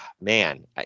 Man